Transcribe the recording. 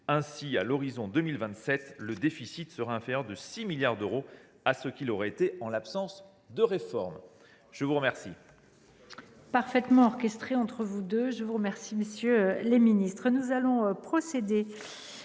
Ainsi, à l’horizon de 2027, le déficit sera inférieur de 6 milliards d’euros à ce qu’il aurait été en l’absence de réforme. Ce n’est pas une